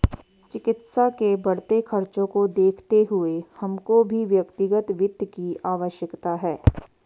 चिकित्सा के बढ़ते खर्चों को देखते हुए हमको भी व्यक्तिगत वित्त की आवश्यकता है